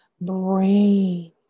brain